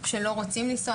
שלא רוצים לנסוע.